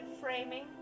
framing